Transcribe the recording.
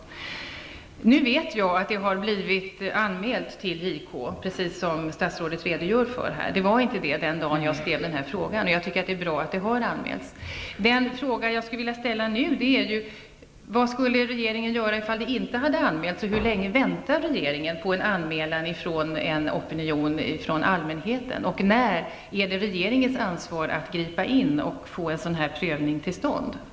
Nu vet jag att det har blivit anmält till JK, precis som statsrådet redogjorde för i svaret. Det var det inte den dag jag skrev min fråga. Jag tycker att det är bra att det har blivit anmält. Den fråga som jag skulle vilja ställa till statsrådet är: Vad skulle regeringen göra ifall det inte hade anmälts, och hur länge väntar regeringen på en anmälan från allmänheten? När är det regeringens ansvar att gripa in och få en prövning till stånd?